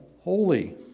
holy